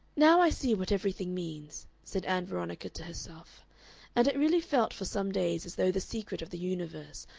now i see what everything means, said ann veronica to herself and it really felt for some days as though the secret of the universe,